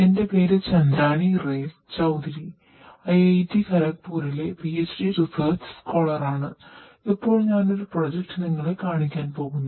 എന്റെ പേര് ചന്ദ്രാനി റേ ചൌധരി ഉപയോഗിക്കുന്നു